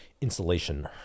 insulation